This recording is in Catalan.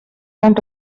van